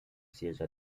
siège